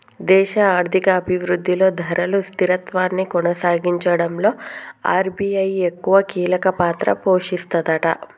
దేశ ఆర్థిక అభివృద్ధిలో ధరలు స్థిరత్వాన్ని కొనసాగించడంలో ఆర్.బి.ఐ ఎక్కువ కీలక పాత్ర పోషిస్తదట